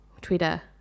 Twitter